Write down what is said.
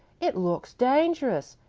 it looks dangerous,